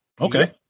Okay